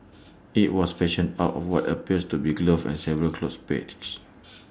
IT was fashioned out of what appears to be A glove and several clothes pegs